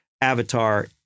Avatar